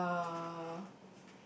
uh